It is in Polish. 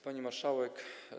Pani Marszałek!